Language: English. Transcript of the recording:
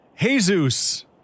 Jesus